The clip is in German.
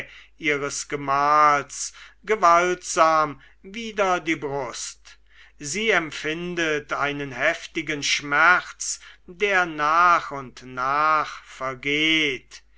ihres gemahls gewaltsam wider die brust sie empfindet einen heftigen schmerz der nach und nach vergeht